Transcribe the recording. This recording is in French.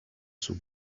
sous